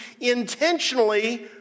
intentionally